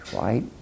right